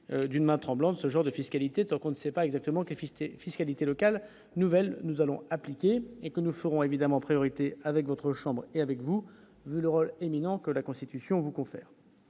d'une main tremblante, ce genre de fiscalité, tant qu'on ne sait pas exactement quel Fister fiscalité locale nouvelle, nous allons appliquer et que nous ferons évidemment priorité avec votre chambre et avec vous, le rôle éminent que la Constitution vous confère